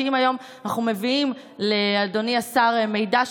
אם היום אנחנו מביאים לאדוני השר מידע שכזה,